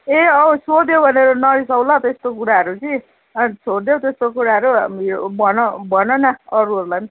ए औ सोध्यो भनेर नरिसाऊ ल त्यस्तो कुराहरू कि हैट छोड्देऊ त्यस्तो कुराहरू यो उयो भन भन न अरूहरूलाई पनि